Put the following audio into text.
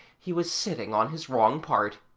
he was sitting on his wrong part.